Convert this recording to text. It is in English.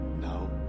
Now